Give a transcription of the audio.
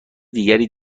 دیگری